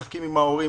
משחקים עם ההורים,